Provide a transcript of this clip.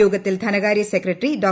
യോഗത്തിൽ ധനകാര്യ സെക്രട്ടറി ഡോ